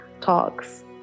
Talks